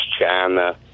China